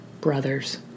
Brothers